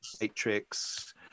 matrix